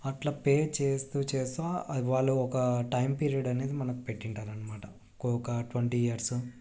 అట్లా పే చేస్తూ చేస్తూ వాళ్ళు ఒక టైం పీరియడ్ అనేది మనకు పెట్టింటారు అన్నమాట ఒక ట్వెంటీ ఇయర్స్